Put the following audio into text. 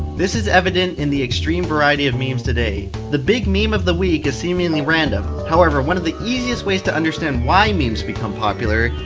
this is evident in the extreme variety of memes today. the big meme of the week is seemingly random. however, one of the easiest ways to understand why memes become popular,